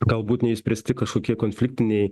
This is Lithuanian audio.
galbūt neišspręsti kažkokie konfliktiniai